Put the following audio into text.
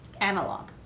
analog